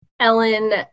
Ellen